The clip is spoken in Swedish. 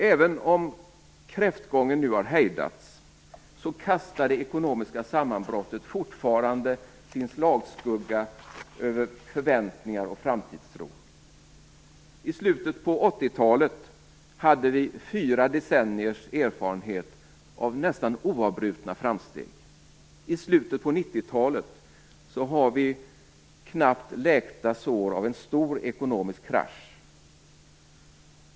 Även om kräftgången nu har hejdats kastar det ekonomiska sammanbrottet fortfarande sin slagskugga över förväntningar och framtidstro. I slutet på 80-talet hade vi fyra decenniers erfarenhet av nästan oavbrutna framsteg. I slutet på 90-talet har vi knappt läkta sår av en stor ekonomisk krasch.